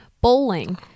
bowling